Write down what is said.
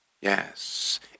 yes